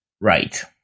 right